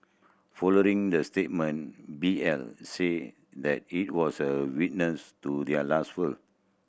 following the statement B L said that he was a witness to the last will